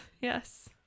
Yes